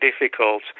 difficult